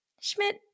Schmidt